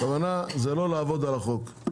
הכוונה היא לא לעבוד על החוק.